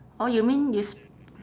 orh you mean you sp~